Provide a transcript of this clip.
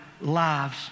lives